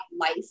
life